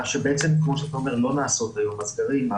שבעצם כפי שאתה אומר לא נעשות היום הסגרים,